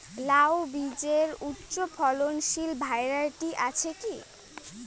লাউ বীজের উচ্চ ফলনশীল ভ্যারাইটি আছে কী?